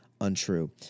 Untrue